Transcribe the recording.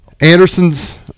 Anderson's